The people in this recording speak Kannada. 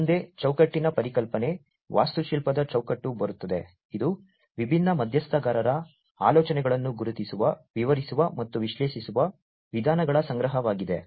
ಮುಂದೆ ಚೌಕಟ್ಟಿನ ಪರಿಕಲ್ಪನೆ ವಾಸ್ತುಶಿಲ್ಪದ ಚೌಕಟ್ಟು ಬರುತ್ತದೆ ಇದು ವಿಭಿನ್ನ ಮಧ್ಯಸ್ಥಗಾರರ ಆಲೋಚನೆಗಳನ್ನು ಗುರುತಿಸುವ ವಿವರಿಸುವ ಮತ್ತು ವಿಶ್ಲೇಷಿಸುವ ವಿಧಾನಗಳ ಸಂಗ್ರಹವಾಗಿದೆ